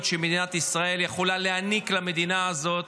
שמדינת ישראל יכולה להעניק למדינה הזאת